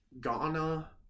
Ghana